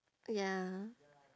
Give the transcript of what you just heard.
ya